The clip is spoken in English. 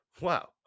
wow